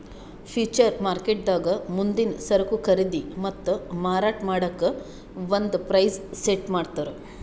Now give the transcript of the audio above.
future ಮಾರ್ಕೆಟ್ದಾಗ್ ಮುಂದಿನ್ ಸರಕು ಖರೀದಿ ಮತ್ತ್ ಮಾರಾಟ್ ಮಾಡಕ್ಕ್ ಒಂದ್ ಪ್ರೈಸ್ ಸೆಟ್ ಮಾಡ್ತರ್